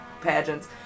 pageants